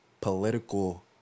political